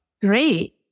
great